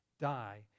die